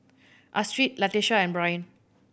Astrid Latisha and Byron